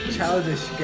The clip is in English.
Childish